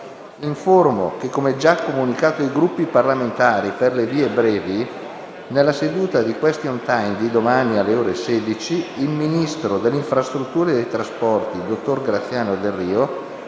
Informo che, come già comunicato ai Gruppi parlamentari per le vie brevi, nella seduta di *question time* di domani, alle ore 16, il ministro delle infrastrutture e dei trasporti, dottor Graziano Delrio,